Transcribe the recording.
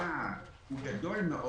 הוא גדול מאוד,